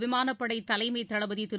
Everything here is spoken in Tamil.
விமானப்படை தலைமைத் தளபதி திரு